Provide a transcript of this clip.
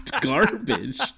garbage